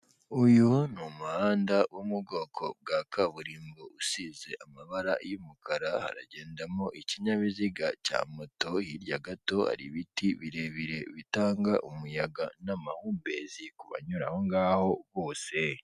Uyu ni umuhanda wo mu bwoko bwa kaburimbo usize amabara y'umukara, hagendamo ikinyabiziga cya moto, hirya gato hari ibiti birebire bitanga umuyaga n'amahumbezi, ku banyura ngaho bose.